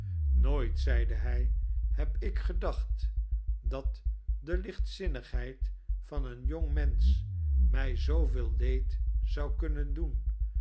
nooit zeide hij heb ik gedacht dat de lichtzinnigheid van een jongmensch mij zooveel leed zou kunnen doen